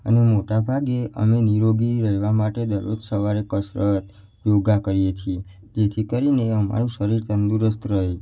અને મોટા ભાગે અમે નીરોગી રહેવા માટે દરરોજ સવારે કસરત યોગા કરીએ છીએ તેથી કરીને અમારું શરીર તંદુરસ્ત રહે